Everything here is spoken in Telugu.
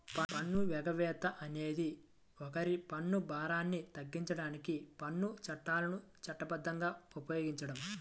పన్ను ఎగవేత అనేది ఒకరి పన్ను భారాన్ని తగ్గించడానికి పన్ను చట్టాలను చట్టబద్ధంగా ఉపయోగించడం